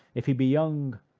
if he be young,